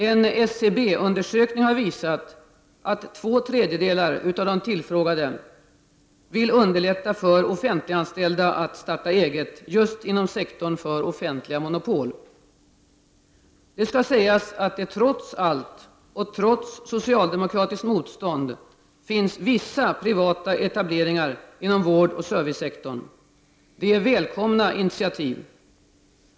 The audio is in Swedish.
En SCB-undersökning har visat att två tredjedelar av de tillfrågade vill underlätta för offentliganställda att starta eget just inom sektorn för offentliga monopol. Det skall sägas att det trots allt och trots socialdemokratiskt motstånd finns vissa privata etableringar inom vårdoch servicesektorn. Det är välkomna initiativ.